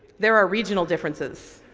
there are regional differences.